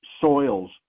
soils